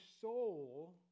soul